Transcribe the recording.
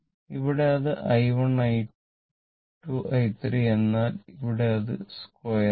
ഇവിടെ അത് i1 i2 i3 എന്നാൽ ഇവിടെ അത് സ്ക്വരെ ആണ്